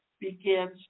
begins